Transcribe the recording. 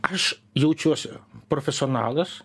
aš jaučiuosi profesionalas